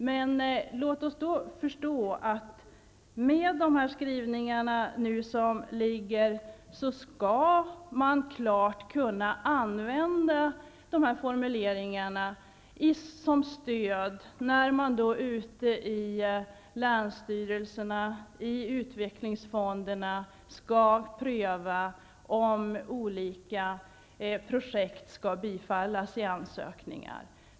Men låt oss då förstå att man i och med dessa skrivningar skall klart kunna använda dessa formuleringar som stöd när man ute i länsstyrelserna och i utvecklingsfonderna skall pröva vilka ansökningar om pengar till projekt som skall bifallas.